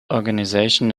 organisation